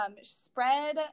spread